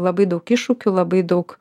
labai daug iššūkių labai daug